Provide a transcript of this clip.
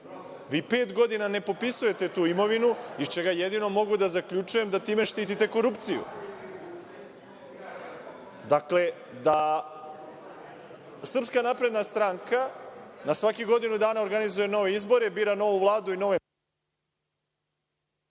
Vi pet godina ne popisujete tu imovinu, iz čega jedino mogu da zaključujem da time štitite korupciju. Srpska napredna stranka na svakih godinu dana organizuje nove izbore, bira novu Vladu i nove…